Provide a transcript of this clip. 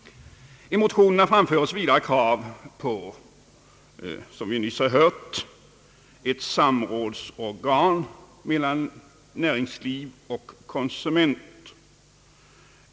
I motionerna framförs vidare, som vi nyss har hört, krav på ett organ för samråd mellan näringsliv och konsumenter.